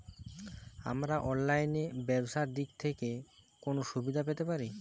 আমরা অনলাইনে ব্যবসার দিক থেকে কোন সুবিধা পেতে পারি?